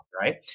right